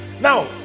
Now